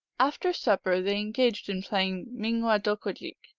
after supper they engaged in playing ming wadokadjik.